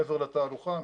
מעבר לתהלוכה?